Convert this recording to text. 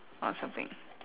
or something